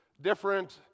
different